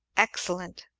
excellent!